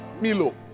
Milo